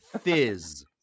Fizz